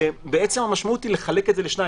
כאשר המשמעות היא לחלק את זה לשתיים.